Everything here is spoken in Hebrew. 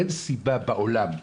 אין סיבה בעולם,